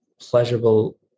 pleasurable